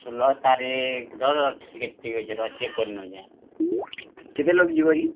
ଷୁଲ୍ହ ତାରିଖ୍ ରହ ରହ ଟିକେ ଠିକ୍ ଅଛେ ରହ ଚେକ୍ କରି ନେଉଛେଁ କେତେ ଲୋକ୍ ଯିବ କି